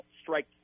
strike